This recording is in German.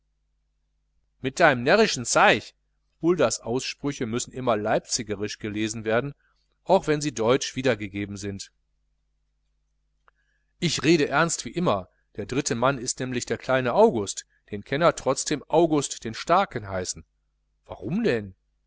mit deim närrschen zeig huldas aussprüche müssen immer leipzigerisch gelesen werden auch wenn sie deutsch wiedergegeben sind ich rede ernst wie immer der dritte mann ist nämlich der kleine august den kenner trotzdem august den starken heißen warum denn